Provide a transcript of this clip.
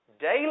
daily